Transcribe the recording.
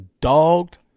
dogged